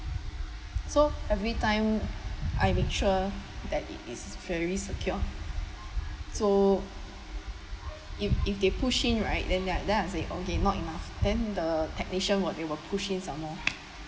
so every time I make sure that it is very secure so if if they pushing right then then I said okay not enough then the technician were they were push in some more